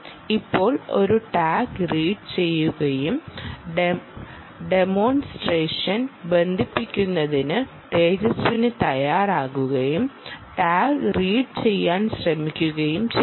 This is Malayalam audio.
ഇപ്പോൾ ഒരു ടാഗ് റീസ് ചെയ്യുകയും ടെ മോൺസ്ട്രേഷൻ ബന്ധിപ്പിക്കുന്നതിലും തേജസ്വിനി തയ്യാറാക്കുകയും ടാഗ് റീഡ് ചെയ്യാൻ ശ്രമിക്കുകയും ചെയ്യുന്നു